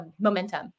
momentum